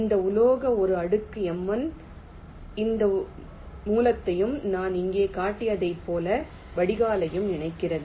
இந்த உலோக ஒரு அடுக்கு m1 இந்த மூலத்தையும் நான் இங்கே காட்டியதைப் போல வடிகாலையும் இணைக்கிறது